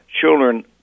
children